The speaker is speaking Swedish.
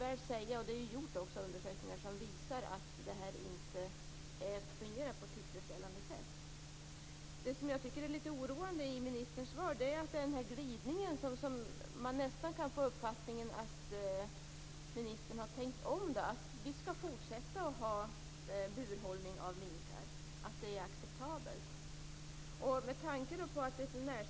Vad jag har förstått när jag har kontrollerat med Jordbruksdepartementet - det var visserligen i februari, så det kan ju ha hänt något sedan dess - är inga ändringar planerade beträffande regler för minkuppfödning.